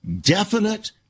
definite